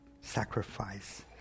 sacrifice